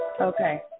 Okay